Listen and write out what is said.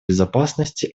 безопасности